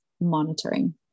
monitoring